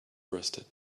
arrested